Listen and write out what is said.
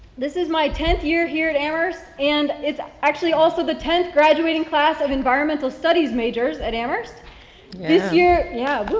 this is my tenth year here at amherst and it's actually also the tenth graduating class of environmental studies majors at amherst this year, yeah. woo,